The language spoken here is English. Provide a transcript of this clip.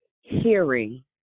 hearing